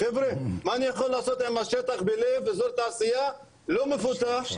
חבר'ה מה אני יכול לעשות עם השטח בלב אזור תעשייה לא מפותח,